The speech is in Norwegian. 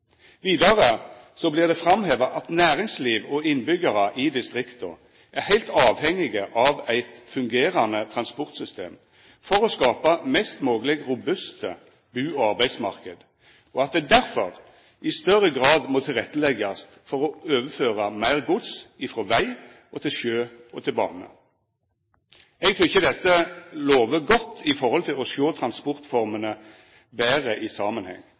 Vidare vert det framheva at næringsliv og innbyggjarar i distrikta er heilt avhengige av eit fungerande transportsystem for å skapa mest mogleg robuste bustad- og arbeidsmarknader, og at det derfor i større grad må tilretteleggjast for å overføra meir gods frå veg til sjø og bane. Eg tykkjer dette lovar godt i forhold til å sjå transportformene betre i samanheng,